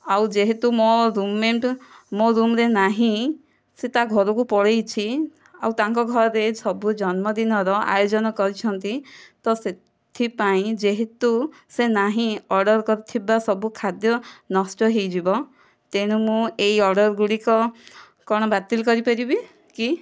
ଆଉ ଯେହେତୁ ମୋ ରୁମମେଟ୍ ମୋ ରୁମ୍ ରେ ନାହିଁ ସେ ତା'ଘରକୁ ପଳାଇଛି ଆଉ ତାଙ୍କ ଘରେ ସବୁ ଜନ୍ମଦିନର ଆୟୋଜନ କରିଛନ୍ତି ତ ସେଥିପାଇଁ ଯେହେତୁ ସେ ନାହିଁ ଅର୍ଡ଼ର କରିଥିବା ସବୁ ଖାଦ୍ୟ ନଷ୍ଟ ହୋଇଯିବ ତେଣୁ ମୁଁ ଏହି ଅର୍ଡ଼ର ଗୁଡ଼ିକ କ'ଣ ବାତିଲ କରିପାରିବି କି